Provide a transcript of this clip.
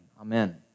Amen